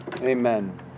Amen